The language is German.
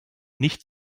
nicht